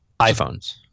iPhones